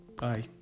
bye